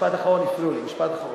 משפט אחרון, הפריעו לי, משפט אחרון.